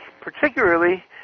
particularly